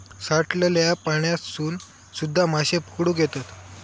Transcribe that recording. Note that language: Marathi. साठलल्या पाण्यातसून सुध्दा माशे पकडुक येतत